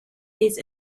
these